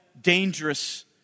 dangerous